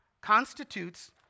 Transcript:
constitutes